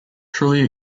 trulli